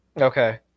okay